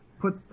Put